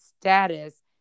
status